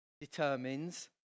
determines